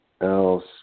else